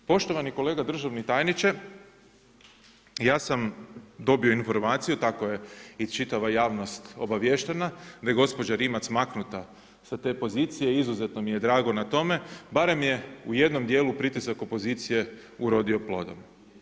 Poštovani kolega državni tajniče, ja sam dobio informaciju, tako je i čitava javnost obaviještena da je gospođa Rimac maknuta se te pozicije i izuzetno mi je drago na tome, barem je u jednom djelu pritisak opozicije urodio plodom.